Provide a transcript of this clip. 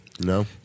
No